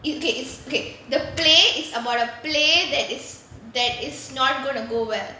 it it okay it okay the play is about a play that is that is not going to go well